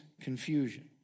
confusion